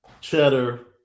cheddar